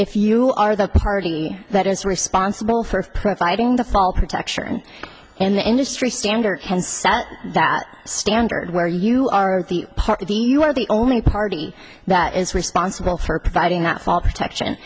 if you are the party that is responsible for providing the fall protection and the industry standard has set that standard where you are part of the you are the only party that is responsible for providing that fall protection